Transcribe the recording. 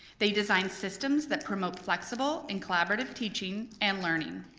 they design systems that promote flexible and collaborative teaching and learning.